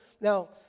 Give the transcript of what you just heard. Now